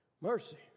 Mercy